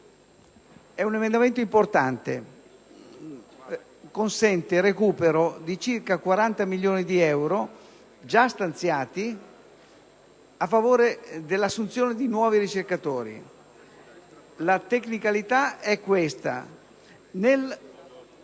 di un emendamento importante, che consente il recupero di circa 40 milioni di euro già stanziati a favore dell'assunzione di nuovi ricercatori. Alla fine